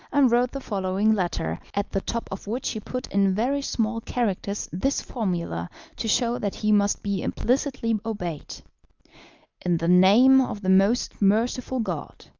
and wrote the following letter, at the top of which he put in very small characters this formula to show that he must be implicitly obeyed in the name of the most merciful god.